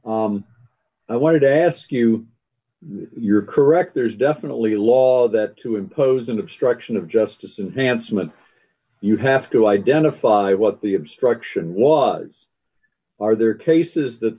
r i wanted to ask you you're correct there's definitely a law that to impose an obstruction of justice i'm handsome and you have to identify what the obstruction was are there are cases that